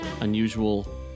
unusual